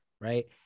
right